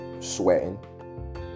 sweating